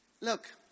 look